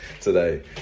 today